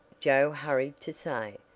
joe hurried to say,